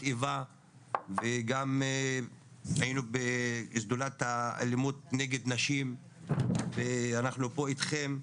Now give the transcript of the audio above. איבה וגם היינו בשדולת האלימות נגד נשים ואנחנו פה איתכם.